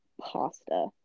pasta